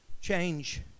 change